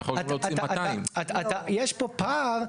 אתה יכול גם להוציא 200. יש פה פער,